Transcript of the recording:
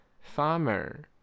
Farmer